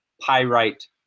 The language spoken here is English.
pyrite